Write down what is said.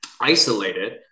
isolated